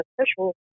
official